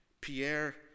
Pierre